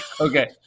okay